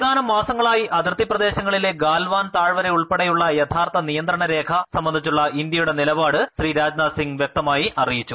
ഏതാനും മാസങ്ങളായി അതിർത്തി പ്രദേശങ്ങളിലെ ഗാൽവാൻ താഴ്വരയുൾപ്പെടെയുള്ള യഥാർത്ഥ നിയന്ത്രണ രേഖ സംബന്ധിച്ചുള്ള ഇന്ത്യയുടെ നിലപാട് ശ്രീ രാജ്നാഥ് സിങ്ങ് വ്യക്തമായി അറിയിച്ചു